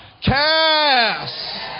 Cast